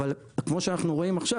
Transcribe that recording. אבל כמו שאנחנו רואים עכשיו,